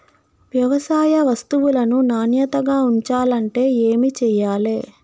వ్యవసాయ వస్తువులను నాణ్యతగా ఉంచాలంటే ఏమి చెయ్యాలే?